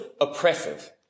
oppressive